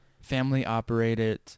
family-operated